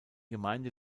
gemeinde